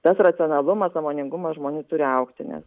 tas racionalumas sąmoningumas žmonių turi augti nes